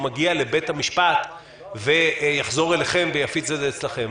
מגיע לבית המשפט ויחזור אליכם ויפיץ את זה אצלכם.